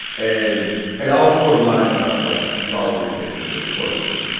and it all sort of lines up, like, if you follow these cases really closely.